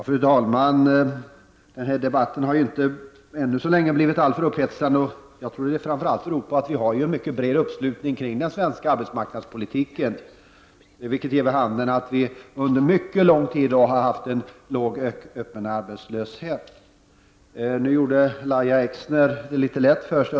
Fru talman! Den här debatten har ännu inte blivit alltför upphetsande, vilket nog beror på att vi har en mycket bred uppslutning kring den svenska arbetsmarknadspolitiken. Detta har lett till att vi under en mycket lång tid har haft en låg öppen arbetslöshet. Lahja Exner gjorde det litet lätt för sig.